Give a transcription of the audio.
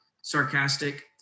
sarcastic